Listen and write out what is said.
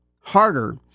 harder